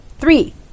Three